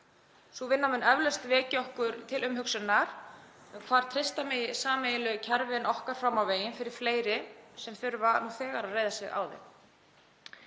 Sú vinna mun eflaust vekja okkur til umhugsunar um hvar treysta megi sameiginlegu kerfin okkar fram á veginn fyrir fleiri sem þurfa nú þegar að reiða sig á þau.